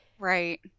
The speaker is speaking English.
Right